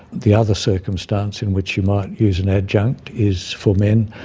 the other circumstance in which you might use an adjunct is for men,